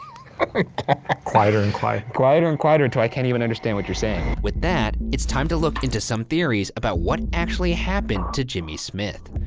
ah quieter and quieter. quieter and quieter until i can't even understand what you're saying. with that, it's time to look into some theories about what actually happened to jimmy smith.